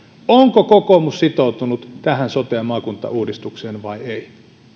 onko kokoomus sitoutunut tähän sote ja maakuntauudistukseen vai ei